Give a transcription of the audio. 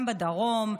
גם בדרום,